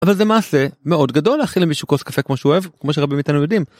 אבל זה מעשה מאוד גדול להכין מישהו כוס קפה כמו שהוא אוהב, כמו שרבים איתנו יודעים.